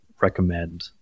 recommend